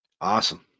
Awesome